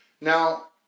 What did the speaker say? Now